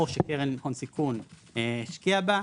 או שקרן הון סיכון השקיעה בה,